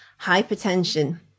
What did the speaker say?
hypertension